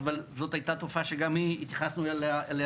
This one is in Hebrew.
אבל זאת הייתה תופעה שגם אליה התייחסנו בדוח.